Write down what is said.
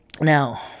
Now